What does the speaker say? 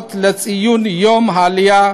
נוספות לציון יום העלייה,